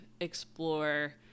explore